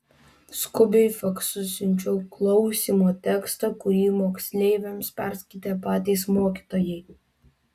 skubiai faksu siunčiau klausymo tekstą kurį moksleiviams perskaitė patys mokytojai